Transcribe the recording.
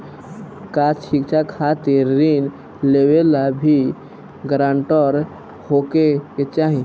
का शिक्षा खातिर ऋण लेवेला भी ग्रानटर होखे के चाही?